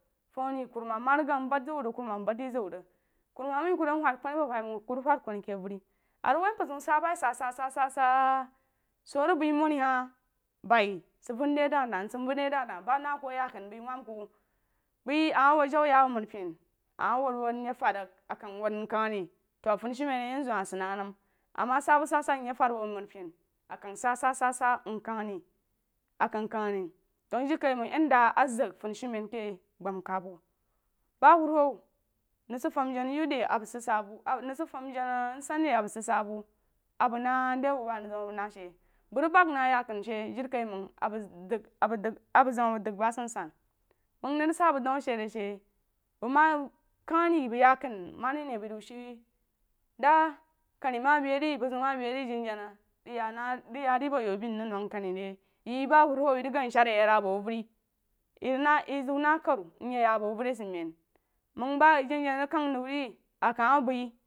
Fam re kurumam ma rig guh bad zəng wuh rig kurumam bad deh zəng wuh rig kurumam wuh ku dən wud-kuni a bo woih məng ku rig wud kuni keh avəri a rig wuh mpər zeun sah baí sah sah sah sah su rig bəí boni baí sid vən deh dah dah rsid yən deh dah dah ba na ku a yah kanu bəí wab ku bəí a ma wad jau nye abo nr mari ben ama wad jau wad wad wad a kang wad nkəng re to funishumen a yen zu hah sid nəm ama sah sah nkəng re a kəng kəng re dənd dirikaiməng yan dah a zəng funishumen ke mgbam kam wuh ba wuruwu nəng sid fam janayouth re a bəng sid sah bu nəng sid fan janansaí re a bəng sid sah bu a bu nəi deh bu ba a nəng zam deh a nəng rig nəi she bəng rig bəng na yah kunu she jirikaiməng si dong abəng dəng abəng dəng dah ba sansan məng məng rig sah kəng dəu a she rig she bəng ma kagani bəng yakanu ma dah a naí bəí ziu she vərí dah kani ma beu rē bu zeun ma beí re jana jana rig yah na rig yah re a bo yanbmi nrig nəng kani re yeh ba wuruwu yeh kang shan yeh yab bo vən yeh na yeh zīu nak karo ayeh yo bo avərí a sid – men məng ba janajana rig kan nəu re a kah ma bəi.